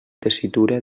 tessitura